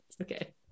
okay